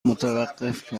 متوقف